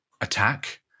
attack